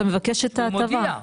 אתה מבקש את ההטבה.